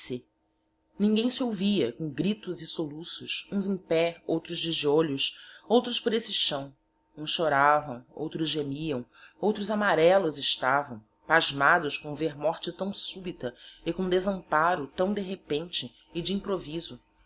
ninguem se ouvia com gritos e soluços huns em pé outros de giolhos outros por esse chaõ huns chorávaõ outros gemiaõ outros amarellos estavaõ pasmados com ver morte taõ supita e com desemparo taõ de repente e de improviso